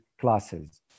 classes